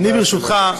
בבקשה.